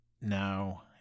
now